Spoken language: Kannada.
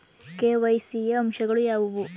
ಕೆ.ವೈ.ಸಿ ಯ ಅಂಶಗಳು ಯಾವುವು?